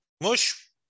Mush